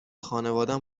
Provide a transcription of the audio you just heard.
خانوادم